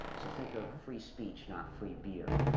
so think of free speech, not free beer.